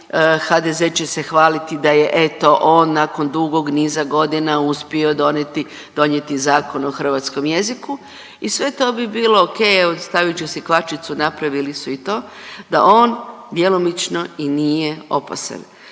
HDZ će se hvaliti da je eto on nakon dugog niza godina uspio donijeti, donijeti Zakon o hrvatskom jeziku i sve to bi bilo okej, evo stavit ću si kvačicu, napravili su i to da on djelomično i nije opasan,